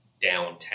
downtown